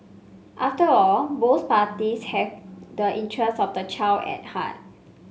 after all both parties have the interests of the child at heart